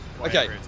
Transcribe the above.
Okay